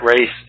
race